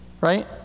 Right